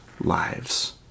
lives